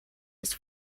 his